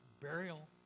burial